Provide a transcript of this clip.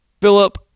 Philip